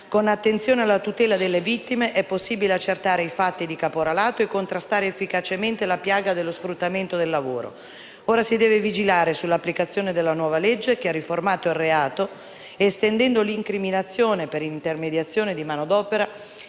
con attenzione alla tutela delle vittime, è possibile accertare i fatti di caporalato e contrastare efficacemente la piaga dello sfruttamento del lavoro. Ora si deve vigilare sull'applicazione della nuova legge, che ha riformato il reato estendendo l'incriminazione per intermediazione di manodopera